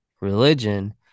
religion